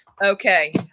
Okay